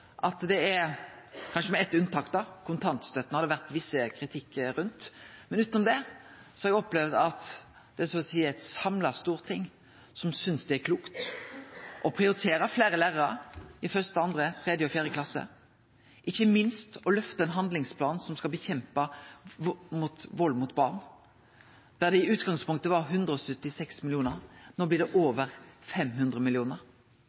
er – med kanskje eitt unntak for kontantstøtta, som har fått noko kritikk – eit så å seie samla storting som synest det er klokt å prioritere fleire lærarar i 1.–4. klasse, og ikkje minst å løfte handlingsplanen som skal nedkjempe vald mot barn. I utgangspunktet var det løyvd 176 mill. kr, nå blir det